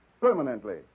permanently